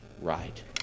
right